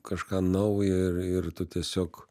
kažką naujo ir ir tu tiesiog